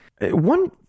One